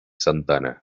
santana